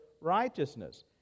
righteousness